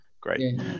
Great